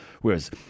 whereas